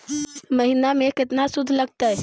महिना में केतना शुद्ध लगतै?